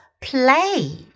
Play